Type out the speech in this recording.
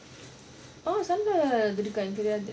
orh sun plaza இருக்கா இங்க:irukkaa inga